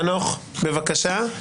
חנוך, בבקשה.